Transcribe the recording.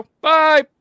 Bye